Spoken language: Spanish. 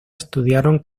estudiaron